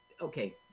Okay